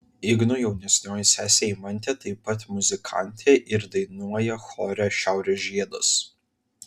igno jaunesnioji sesė eimantė taip pat muzikantė ir dainuoja chore šiaurės žiedas